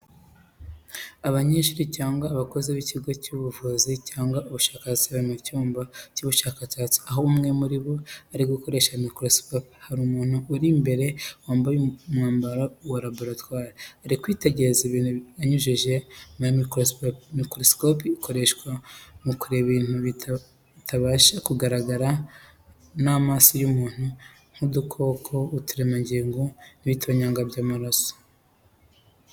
Abanyeshuri cyangwa abakozi b’ikigo cy’ubuvuzi cyangwa ubushakashatsi bari mu cyumba cy'ubushakashatsi, aho umwe muri bo ari gukoresha mikorosikopi. Hari umuntu uri imbere yambaye umwambaro wa laboratwari, ari kwitegereza ibintu anyujije muri mikorosikopi. Mikorosikopi ikoreshwa mu kureba ibintu bitabasha kugaragara n’amaso y’umuntu, nk'udukoko, uturemangingo, n'ibitonyanga by’amaraso.